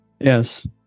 Yes